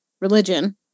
religion